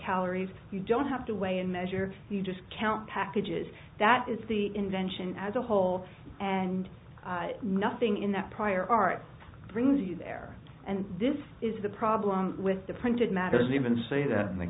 calories you don't have to weigh and measure you just count packages that is the invention as a whole and nothing in that prior art brings you there and this is the problem with the printed matters even say that